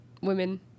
women